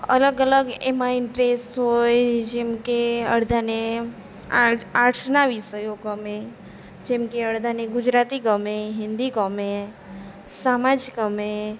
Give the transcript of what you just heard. અલગ અલગ એમાં ઈન્ટરેસ્ટ હોય જેમકે અડધાને આર્ટસ આર્ટ્સના વિષયો ગમે જેમકે અડધાને ગુજરાતી ગમે હિન્દી ગમે સમાજ ગમે